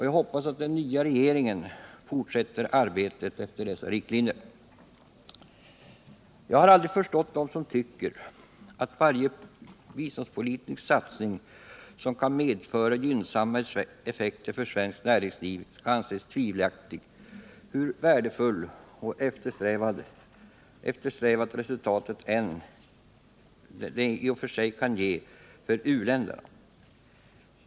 Jag hoppas att den nya regeringen fortsätter arbetet efter dessa riktlinjer. Jag har aldrig förstått dem som tycker att varje biståndspolitisk satsning som kan medföra gynnsamma effekter för svenskt näringsliv skall anses tvivelaktig, hur värdefullt och eftersträvat resultat det än kan ge för uländerna.